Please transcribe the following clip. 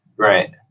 right.